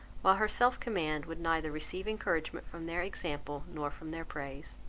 while her self-command would neither receive encouragement from their example nor from their praise.